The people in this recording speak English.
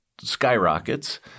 skyrockets